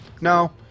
no